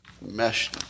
mesh